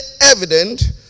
evident